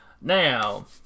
Now